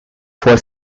for